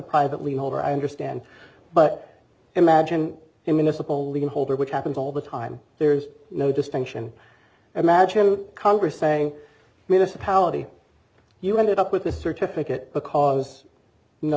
privately holder i understand but imagine him in a simple little hole there which happens all the time there's no distinction imagine congress saying municipality you ended up with a certificate because no